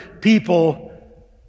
people